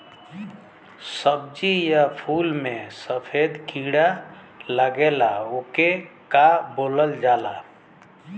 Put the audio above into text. सब्ज़ी या फुल में सफेद कीड़ा लगेला ओके का बोलल जाला?